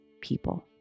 People